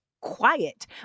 quiet